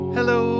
Hello